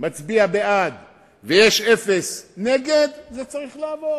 מצביע בעד ואפס מתנגדים, זה צריך לעבור.